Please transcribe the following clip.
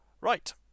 Right